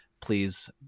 Please